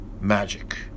magic